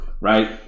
right